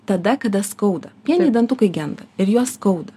tada kada skauda pieniniai dantukai genda ir juos skauda